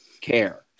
care